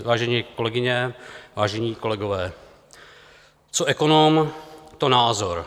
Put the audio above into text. Vážené kolegyně, vážení kolegové, co ekonom, to názor.